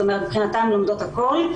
זאת אומרת מבחינתן הן לומדות הכול.